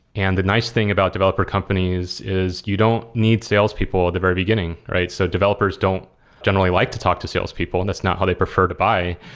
and the nice thing about developer companies is you don't need salespeople at the very beginning. so developers don't generally like to talk to salespeople, and that's not how they prefer to buy.